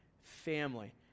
family